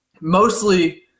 Mostly